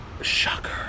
Shocker